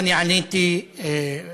אני עליתי לדוכן